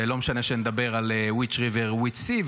ולא משנה שנדבר על which river, which sea.